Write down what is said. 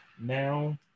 now